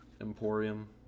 emporium